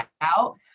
out